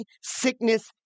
sickness